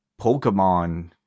Pokemon